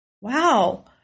Wow